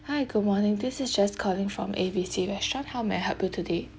hi good morning this is jess calling from A B C restaurant how may I help you today